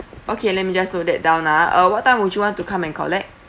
okay let me just note that down ah uh what time would you want to come and collect